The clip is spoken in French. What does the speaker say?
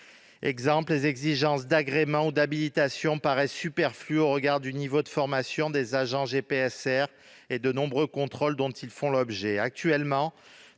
Ainsi, les exigences d'agrément et d'habilitation paraissent superflues au regard du niveau de formation des agents du GPSR et des nombreux contrôles dont ils font l'objet.